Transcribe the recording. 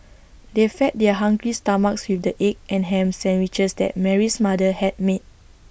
they fed their hungry stomachs with the egg and Ham Sandwiches that Mary's mother had made